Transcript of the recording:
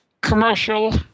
commercial